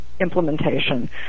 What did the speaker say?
implementation